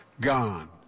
gone